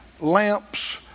lamps